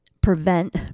prevent